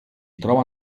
trova